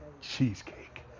cheesecake